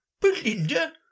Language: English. Belinda